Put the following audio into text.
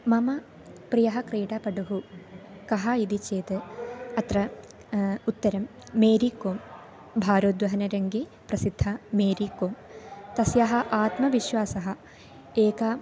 मम प्रियः क्रीडापटुः कः इति चेत् अत्र उत्तरं मेरीकोम् भारोद्वहनरङ्गे प्रसिद्धा मेरीकोम् तस्याः आत्मविश्वासः एका